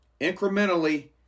incrementally